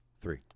three